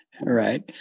Right